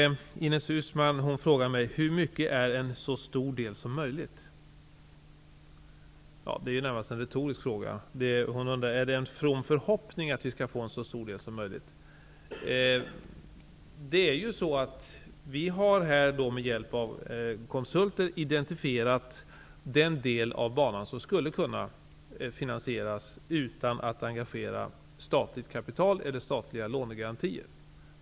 Fru talman! Ines Uusmann frågar mig hur mycket en så stor del som möjligt är. Det är närmast en retorisk fråga. Hon undrar om det är en from förhoppning att vi skall få en så stor del som möjligt. Vi har med hjälp av konsulter identifierat den del av banan som skulle kunna finansieras utan att engagera statligt kapital eller statliga lånegarantier.